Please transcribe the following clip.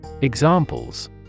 Examples